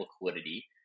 liquidity